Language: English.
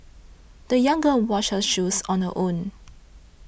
the young girl washed her shoes on her own